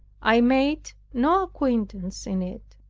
i made no acquaintance in it.